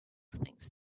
things